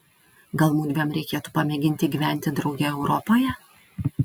gal mudviem reikėtų pamėginti gyventi drauge europoje